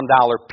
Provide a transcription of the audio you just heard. dollar